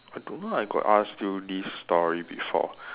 I don't know I got ask you this story before